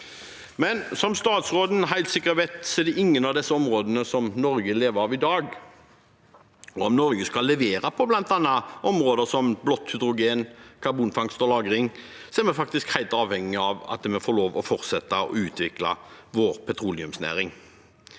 Som statsråden helt sikkert vet, er det ingen av disse områdene Norge lever av i dag, og om Norge skal levere på områder som bl.a. blått hydrogen og karbonfangst og -lagring, er vi faktisk helt avhengig av at vi får lov til å fortsette å utvikle vår petroleumsnæring.